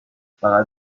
فقط